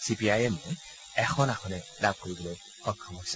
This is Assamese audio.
চি পি আই এমে এখন আসনহে লাভ কৰিবলৈ সক্ষম হৈছে